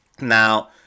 Now